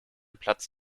platz